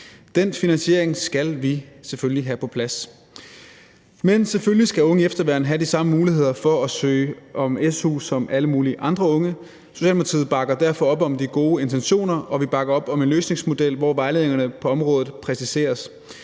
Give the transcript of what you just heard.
Den finansiering skal vi selvfølgelig have på plads. Men selvfølgelig skal unge i efterværn have de samme muligheder for at søge om su som alle mulige andre unge. Socialdemokratiet bakker derfor op om de gode intentioner, og vi bakker op om en løsningsmodel, hvor vejledningerne på området præciseres,